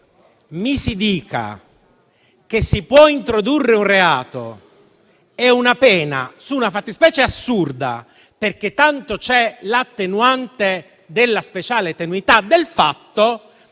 mi si dica che si possono introdurre un reato e una pena su una fattispecie assurda, perché tanto c'è l'attenuante della speciale tenuità del fatto,